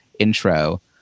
Intro